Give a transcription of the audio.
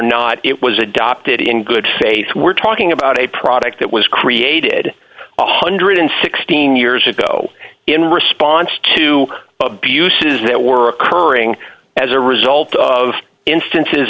not it was adopted in good faith we're talking about a product that was created a one hundred and sixteen years ago in response to abuses that were occurring as a result of instances